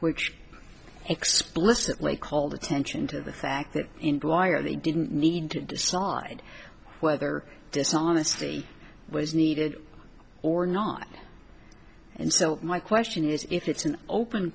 which explicit way called attention to the fact that inquire they didn't need to decide whether dishonesty was needed or not and so my question is if it's an open